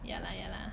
ya lah ya lah